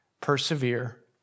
persevere